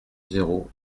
zéro